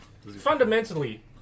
Fundamentally